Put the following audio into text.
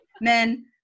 men